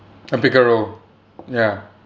a bigger role ya